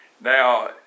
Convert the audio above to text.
Now